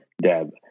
Deb